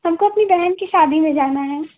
हमको अपनी बहन की शादी में जाना है